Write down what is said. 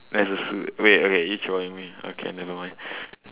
there's a suit wait okay are you trolling me okay never mind